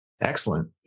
Excellent